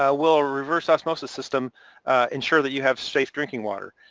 ah will reverse osmosis system ensure that you have safe drinking water?